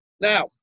Now